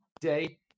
day